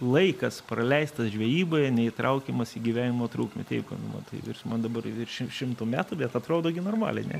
laikas praleistas žvejyboje neįtraukiamas į gyvenimo trukmę taip va matai virš man dabar virš šim šimto metų bet atrodau gi normaliai ne